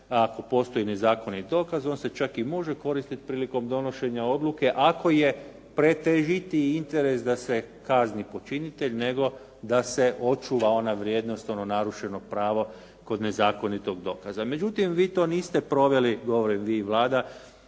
ako postoji nezakonit dokaz on se čak i može koristiti prilikom donošenja odluke ako je pretežitiji interes da se kazni počinitelj, nego da se očuva ona vrijednost, ono narušeno pravo kod nezakonitog dokaza. Međutim, vi to niste proveli, govorim vi, Vlada